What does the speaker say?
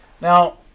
Now